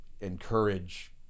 encourage